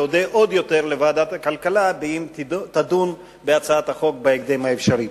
ואודה עוד יותר לוועדת הכלכלה אם תדון בהצעת החוק בהקדם האפשרי.